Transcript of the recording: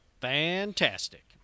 fantastic